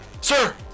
Sir